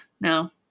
no